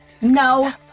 No